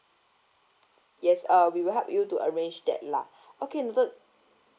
yes uh we will help you to arrange that lah okay noted